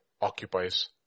occupies